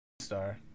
star